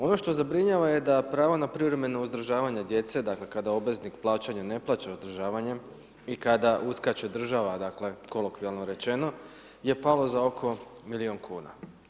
Ono što zabrinjava je da pravo na privremeno uzdržavanje djece, dakle, kada obveznik plaćanja, ne plaća uzdržavanjem i kada uskače država, dakle, kolokvijalno rečeno, je palo za oko milijun kuna.